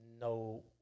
no